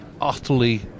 utterly